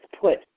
put